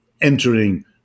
entering